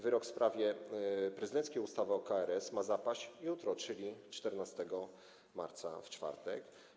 Wyrok w sprawie prezydenckiej ustawy o KRS ma zapaść jutro, czyli 14 marca w czwartek.